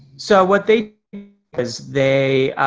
so what they cause they,